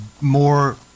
more